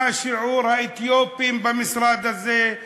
מה שיעור האתיופים במשרד הזה?